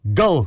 go